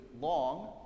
long